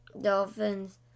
Dolphins